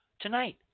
tonight